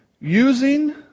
Using